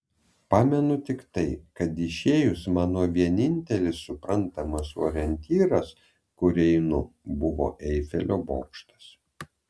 pamenu tik tai kad išėjus mano vienintelis suprantamas orientyras kur einu buvo eifelio bokštas